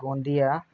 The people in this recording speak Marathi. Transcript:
गोंदिया